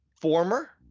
former